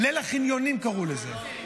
"ליל החניונים", קראו לזה.